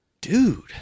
dude